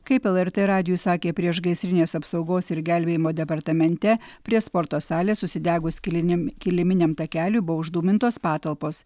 kaip lrt radijui sakė priešgaisrinės apsaugos ir gelbėjimo departamente prie sporto salės užsidegus kiliminiam kiliminiam takeliui buvo uždūmintos patalpos